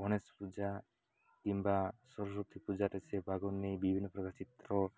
ଗଣେଶ ପୂଜା କିମ୍ବା ସରସ୍ଵତୀ ପୂଜାରେ ସେ ଭାଗ ନେଇ ବିଭିନ୍ନ ପ୍ରକାର ଚିତ୍ର